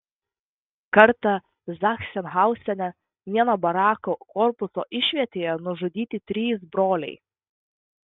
kartą zachsenhauzene vieno barako korpuso išvietėje nužudyti trys broliai